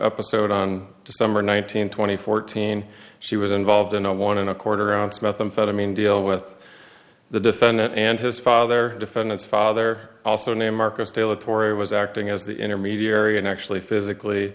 episode on december nineteenth two thousand and fourteen she was involved in a one and a quarter ounce methamphetamine deal with the defendant and his father defendant's father also named marcus taylor tori was acting as the intermediary and actually physically